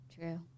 True